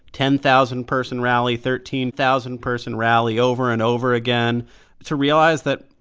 ten thousand person rally, thirteen thousand person rally over and over again to realize that,